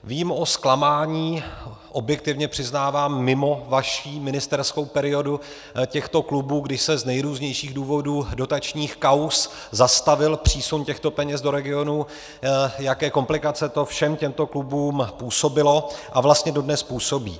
Vím o zklamání, objektivně přiznávám mimo vaši ministerskou periodu, těchto klubů, když se z nejrůznějších důvodů dotačních kauz zastavil přísun peněz do regionů, jaké komplikace to všem těmto klubům působilo a vlastně dodnes působí.